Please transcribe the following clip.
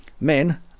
men